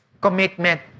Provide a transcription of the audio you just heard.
commitment